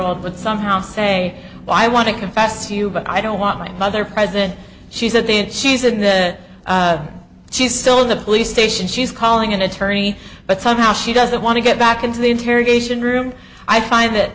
would somehow say i want to confess to you but i don't want my mother present she's at the end she's in the she's still in the police station she's calling an attorney but somehow she doesn't want to get back into the interrogation room i find that